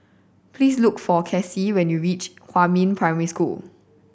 please look for Kasie when you reach Huamin Primary School